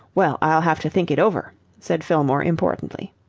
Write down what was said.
well, i'll have to think it over, said fillmore, importantly,